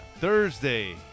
Thursday